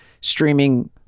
streaming